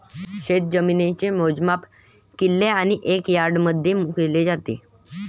शेतजमिनीचे मोजमाप किल्ले आणि एकर यार्डमध्ये केले जाते